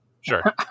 Sure